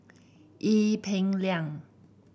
Ee Peng Liang